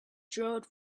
drove